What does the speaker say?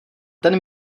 ten